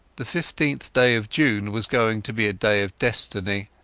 the fifteenth day of june was going to be a day of destiny,